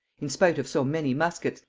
in spite of so many musquets,